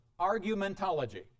argumentology